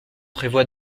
prévoit